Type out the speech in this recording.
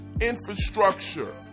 infrastructure